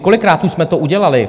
Kolikrát už jsme to udělali?